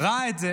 ראה את זה